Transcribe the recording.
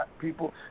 people